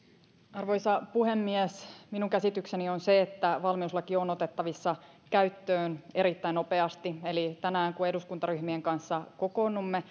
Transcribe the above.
arvoisa puhemies minun käsitykseni on se että valmiuslaki on otettavissa käyttöön erittäin nopeasti eli tänään kun eduskuntaryhmien kanssa kokoonnumme